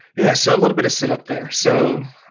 yeah. so, a little bit of setup there. so,